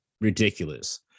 ridiculous